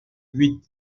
huit